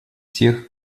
всех